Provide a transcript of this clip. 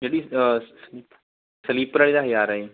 ਜਿਹੜੀ slip slipper ਵਾਲੀ ਦਾ ਹਜ਼ਾਰ ਆ ਜੀ